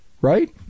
Right